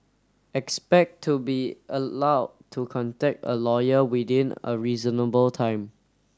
expect to be allowed to contact a lawyer within a reasonable time